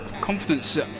Confidence